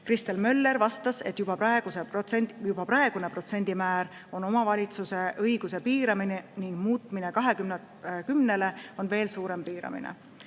Kristel Möller vastas, et juba praegune protsendimäär on omavalitsuste õiguse piiramine ning 20% muutmine 10%-ks on veel suurem piiramine. Tõnis